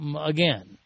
Again